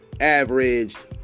averaged